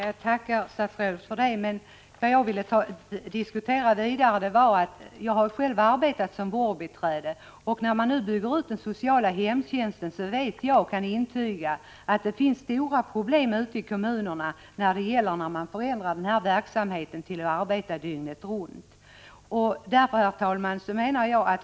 Herr talman! Jag tackar statsrådet för detta. Jag vill fortsätta diskussionen och tala om att jag har arbetat som vårdbiträde. När man nu bygger ut den sociala hemtjänsten, kan jag intyga att det blir stora problem ute i kommunerna, när man förändrar verksamheten, så att personalen får arbeta dygnet runt.